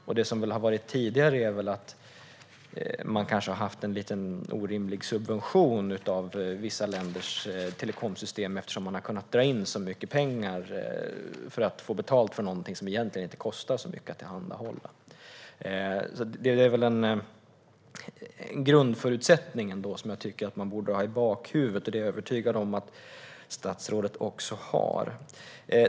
Som det har varit tidigare har man kanske haft en orimlig subvention av vissa länders telekomsystem, eftersom man har kunnat dra in så mycket pengar i betalning för någonting som egentligen inte kostar så mycket att tillhandahålla. Detta är en grundförutsättning som jag tycker att man borde ha i bakhuvudet, och det är jag övertygad om att statsrådet också har.